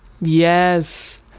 Yes